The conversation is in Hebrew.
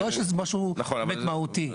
זה לא שזה משהו באמת מהותי.